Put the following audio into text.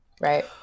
right